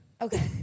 okay